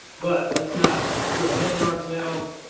but let's not get ahead of ourselves.